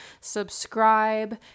subscribe